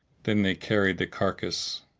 then they carried the carcass,